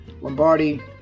Lombardi